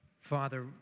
Father